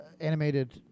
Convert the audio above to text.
animated